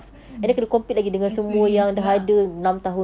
mmhmm experience pula